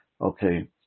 Okay